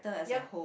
your